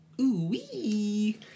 Ooh-wee